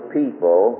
people